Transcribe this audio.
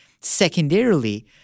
Secondarily